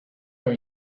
are